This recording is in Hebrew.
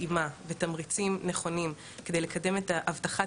מתאימה ותמריצים נכונים כדי לקדם את הבטחת